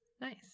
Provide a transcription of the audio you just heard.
nice